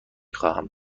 خواهم